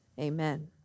Amen